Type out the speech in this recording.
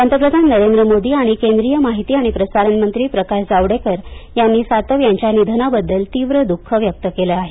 पंतप्रधान नरेंद्र मोदी आणि केंद्रीय माहिती आणि प्रसारण मंत्री प्रकाश जावडेकर यांनी सातव यांच्या निधनाबद्दल तीव्र दुःख व्यक्त केलं आहे